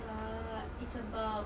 err it's about